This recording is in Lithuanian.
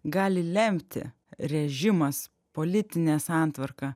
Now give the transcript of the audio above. gali lemti režimas politinė santvarka